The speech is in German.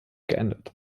geändert